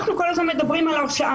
אנחנו כל הזמן מדברים על הרשעה.